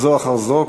זו אחר זו,